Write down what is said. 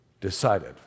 decided